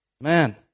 Man